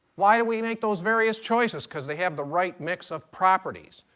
why do we make those various choices? because they have the right mix of properties.